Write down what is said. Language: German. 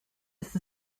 ist